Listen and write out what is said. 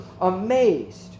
amazed